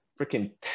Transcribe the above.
freaking